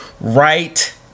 right